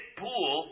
pool